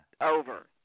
Over